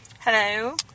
Hello